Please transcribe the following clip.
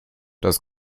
das